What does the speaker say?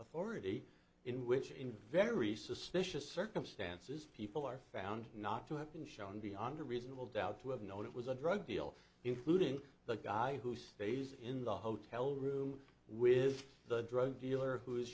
authority in which in very suspicious circumstances people are found not to have been shown beyond a reasonable doubt to have you know it was a drug deal including the guy who stays in the hotel room with the drug dealer who is